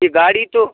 गाड़ी तो